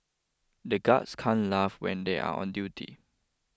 the guards can't laugh when they are on duty